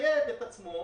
וינייד את עצמו